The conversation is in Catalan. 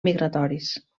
migratoris